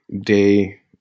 day